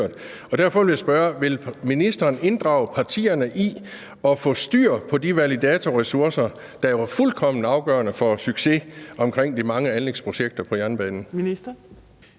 Derfor vil jeg spørge: Vil ministeren inddrage partierne i at få styr på de validatorressourcer, der jo er fuldkommen afgørende for en succes i forhold til de mange anlægsprojekter på jernbanen?